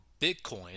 Bitcoin